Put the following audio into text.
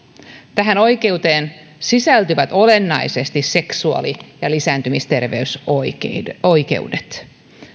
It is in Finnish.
tähän oikeuteen sisältyvät olennaisesti seksuaali ja lisääntymisterveysoikeudet